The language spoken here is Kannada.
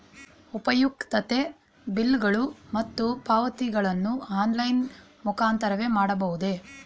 ಉಪಯುಕ್ತತೆ ಬಿಲ್ಲುಗಳು ಮತ್ತು ಪಾವತಿಗಳನ್ನು ಆನ್ಲೈನ್ ಮುಖಾಂತರವೇ ಮಾಡಬಹುದೇ?